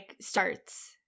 starts